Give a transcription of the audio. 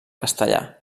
castellà